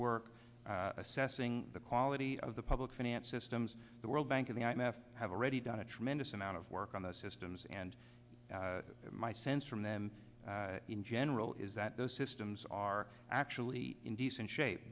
work assessing the quality of the public finance systems the world bank of the i m f have already done a tremendous amount of work on the systems and my sense from them in general is that those systems are actually in decent shape